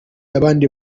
n’abandi